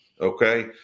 Okay